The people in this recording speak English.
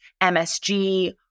MSG